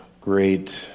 great